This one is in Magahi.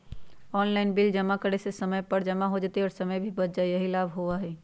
ऑनलाइन बिल जमा करे से समय पर जमा हो जतई और समय भी बच जाहई यही लाभ होहई?